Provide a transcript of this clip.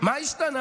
אתם בממשלה